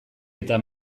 eta